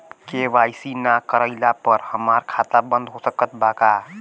KYC ना करवाइला पर हमार खाता बंद हो सकत बा का?